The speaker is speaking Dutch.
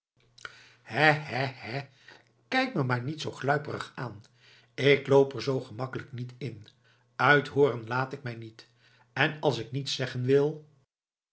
kijk me maar niet zoo gluiperig aan ik loop er zoo gemakkelijk niet in uithooren laat ik mij niet en als ik niets zeggen wil